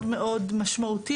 מאוד מאוד משמעותי,